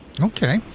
Okay